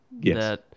Yes